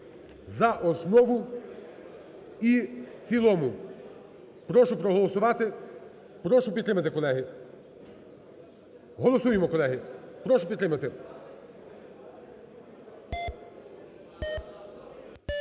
за основу і в цілому, колеги. Прошу проголосувати, прошу підтримати. Голосуємо, колеги. Прошу підтримати,